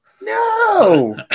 No